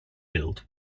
built